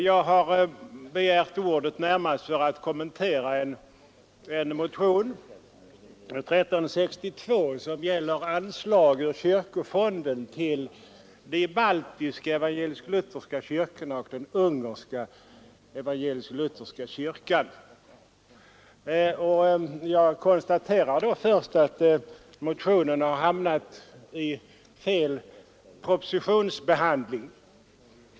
Jag har begärt ordet närmast för att kommentera en motion, nr 1362, som gäller anslag ur kyrkofonden till de baltiska evangelisk-lutherska kyrkorna och den ungerska evangelisk-lutherska kyrkan som verkar i Sverige. Till att börja med konstaterar jag att motionen har hamnat i fel propositionsbehandling.